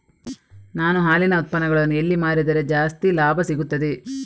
ನಾನು ಹಾಲಿನ ಉತ್ಪನ್ನಗಳನ್ನು ಎಲ್ಲಿ ಮಾರಿದರೆ ಜಾಸ್ತಿ ಲಾಭ ಸಿಗುತ್ತದೆ?